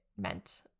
meant